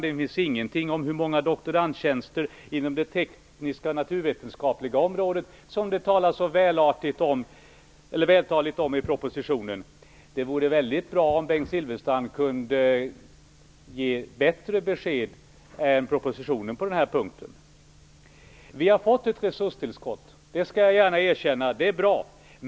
Det finns ingen uppgift om antalet doktorandtjänster inom det tekniska och naturvetenskapliga området, som man så vältaligt behandlar i propositionen. Det vore väldigt bra om Bengt Silfverstrand kunde ge bättre besked än vad som ges i propositionen på den här punkten. Vi har fått ett resurstillskott, det skall jag gärna erkänna. Det är bra.